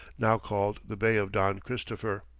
now called the bay of don christopher.